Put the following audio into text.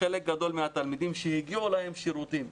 חלק גדול מהתלמידים שהגיעו להם שירותים,